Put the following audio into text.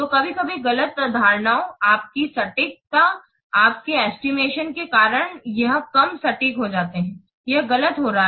तो कभी कभी गलत धारणाओं आपकी सटीकता आपके एस्टिमेशन के कारण यह कम सटीक हो जाता है यह गलत हो रहा है